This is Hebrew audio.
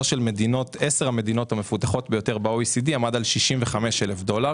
של 10 המדינות המפותחות ביותר ב-OECD עמד על 65,000 דולר